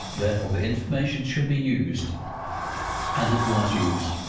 therefore the information should be used and it was used.